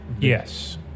Yes